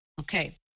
Okay